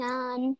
on